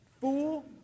fool